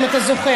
אם אתה זוכר.